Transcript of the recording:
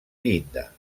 llinda